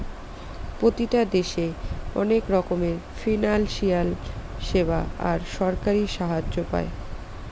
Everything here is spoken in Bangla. প্রতিটি দেশে অনেক রকমের ফিনান্সিয়াল সেবা আর সরকারি সাহায্য পায়